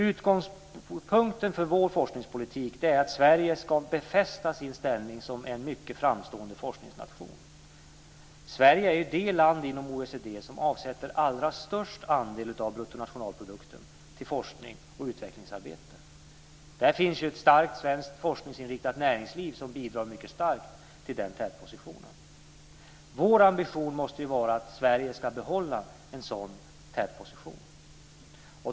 Utgångspunkten för vår forskningspolitik är att Sverige ska befästa sin ställning som en mycket framstående forskningsnation. Sverige är det land inom OECD som avsätter allra störst andel av bruttonationalprodukten till forskning och utvecklingsarbete. Där finns ett starkt svenskt forskningsinriktat näringsliv som bidrar mycket starkt till den tätpositionen. Vår ambition måste vara att Sverige ska behålla en sådan tätposition.